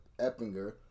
Eppinger